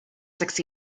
six